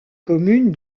commune